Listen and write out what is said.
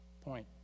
point